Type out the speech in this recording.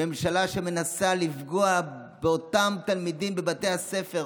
ממשלה שמנסה לפגוע באותם תלמידים בבתי הספר,